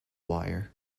wire